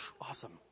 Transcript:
Awesome